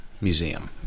Museum